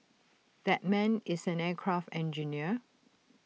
that man is an aircraft engineer